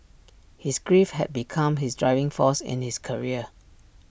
his grief had become his driving force in his career